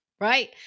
right